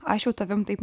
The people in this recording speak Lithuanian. aš jau tavim taip